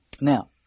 Now